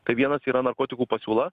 tai vienas yra narkotikų pasiūla